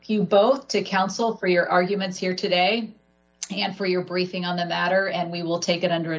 both to counsel for your arguments here today and for your briefing on the matter and we will take it under